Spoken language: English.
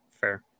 fair